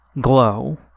glow